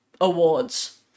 Awards